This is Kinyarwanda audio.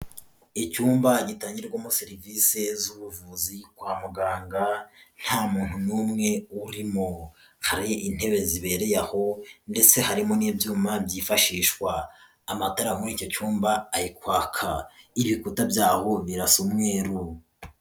Icyumba gitangirwamo serivisi z'ubuvuzi kwa muganga, nta muntu n'umwe urimo, hari intebe zibereye aho ndetse harimo n'ibyuma byifashishwa, amatara muri icyo cyumba ari kwaka, ibikuta byaho birasa umweru.